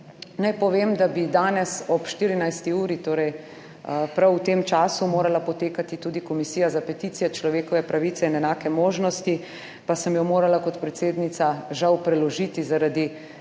Naj povem, da bi danes ob 14. uri, torej prav v tem času, morala potekati tudi Komisija za peticije, človekove pravice in enake možnosti, pa sem jo morala kot predsednica žal preložiti, zaradi